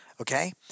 okay